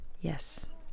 Yes